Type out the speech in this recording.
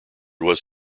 was